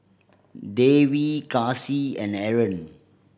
Dewi Kasih and Aaron